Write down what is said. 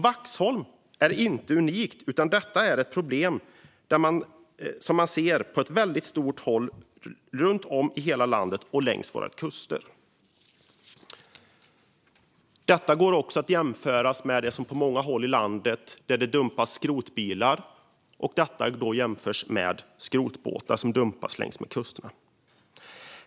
Vaxholm är dock inte unikt, utan detta är ett problem i hela landet och längs våra kuster. Detta kan jämföras med problemet med dumpning av skrotbilar.